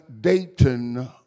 Dayton